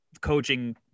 coaching